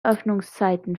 öffnungszeiten